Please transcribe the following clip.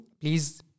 please